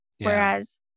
Whereas